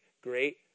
great